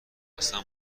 اصلا